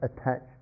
attached